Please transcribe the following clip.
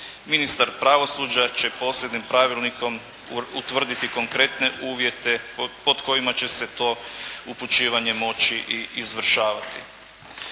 Ministar pravosuđa će posebnim pravilnikom utvrditi konkretne uvjete pod kojima će se to upućivanje moći i izvršavati.